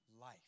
life